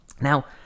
Now